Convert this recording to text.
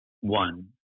one